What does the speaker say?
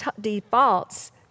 defaults